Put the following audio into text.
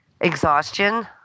Exhaustion